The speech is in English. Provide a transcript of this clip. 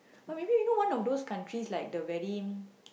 but maybe one of those countries like the very